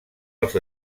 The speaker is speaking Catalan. als